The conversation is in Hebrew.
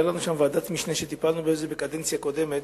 היתה לנו שם ועדת משנה וטיפלנו בזה בקדנציה הקודמת,